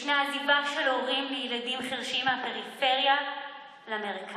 יש מעבר של הורים לילדים חירשים מהפריפריה למרכז,